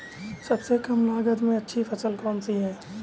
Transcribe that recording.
सबसे कम लागत में अच्छी फसल कौन सी है?